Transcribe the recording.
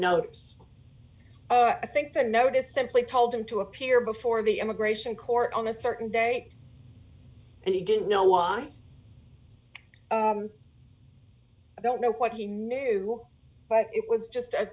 notes i think that notice simply told him to appear before the immigration court on a certain date and he didn't know i don't know what he knew but it was just a